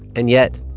and yet,